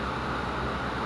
ya so